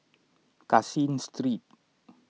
Caseen Street